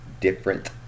different